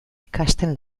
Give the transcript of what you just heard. ikasten